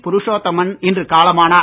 புருஷோத்தமன் இன்று காலமானார்